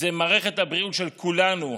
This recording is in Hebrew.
זו מערכת הבריאות של כולנו.